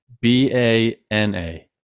B-A-N-A